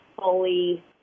fully